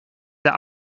der